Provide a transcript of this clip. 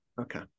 Okay